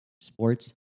sports